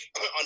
on